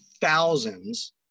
thousands